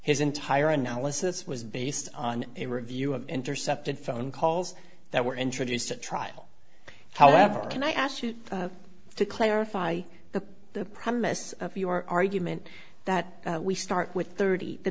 his entire analysis was based on a review of intercepted phone calls that were introduced at trial however can i ask you to clarify the the premise of your argument that we start with thirty the